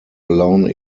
alone